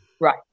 Right